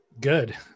Good